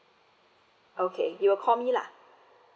okay you will call me lah